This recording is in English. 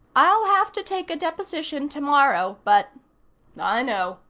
i'll have to take a deposition tomorrow, but i know,